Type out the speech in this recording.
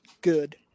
good